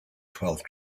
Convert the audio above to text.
twelfth